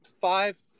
five